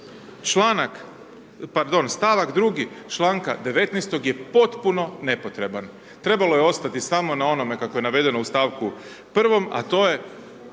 st. 2.-gi čl. 19.-tog je potpuno nepotreban, trebalo je ostati samo na onome kako je navedeno u st. 1.-om, a to je